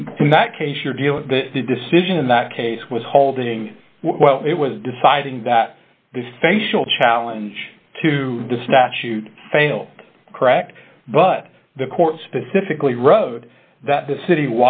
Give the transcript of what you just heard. in that case you're dealing with the decision in that case was holding while it was deciding that this facial challenge to the statute failed correct but the court specifically rode that the city